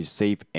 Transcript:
safe